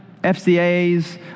FCA's